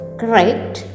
correct